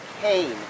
Cain